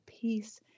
peace